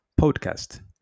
podcast